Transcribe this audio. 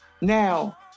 Now